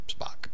Spock